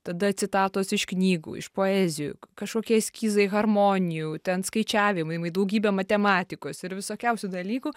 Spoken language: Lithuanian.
tada citatos iš knygų iš poezijų kažkokie eskizai harmonijų ten skaičiavimai daugybė matematikos ir visokiausių dalykų